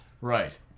Right